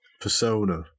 persona